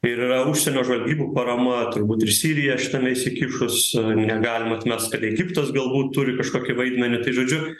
ir yra užsienio žvalgybų parama turbūt ir sirija šitame įsikišus negalim atmest kad egiptas galbūt turi kažkokį vaidmenį tai žodžiu